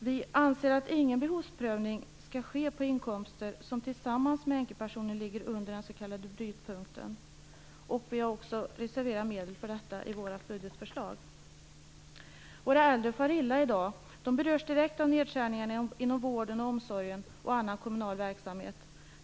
Vänsterpartiet anser att ingen behovsprövning skall ske för inkomster som tillsammans med änkepensioner ligger under den s.k. brytpunkten. Vi har också reserverat medel för detta i vårt budgetförslag. Våra äldre far illa i dag. De berörs direkt av nedskärningarna inom vården och omsorgen och annan kommunal verksamhet.